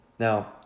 Now